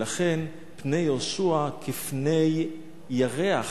ולכן פני יהושע כפני ירח,